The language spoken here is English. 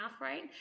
right